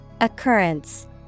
Occurrence